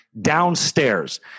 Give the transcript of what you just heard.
downstairs